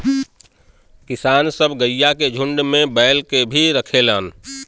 किसान सब गइया के झुण्ड में बैल के भी रखेलन